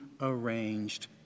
arranged